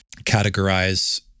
categorize